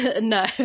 No